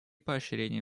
поощрения